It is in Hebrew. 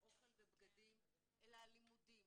אוכל ובגדים, אלא על לימודים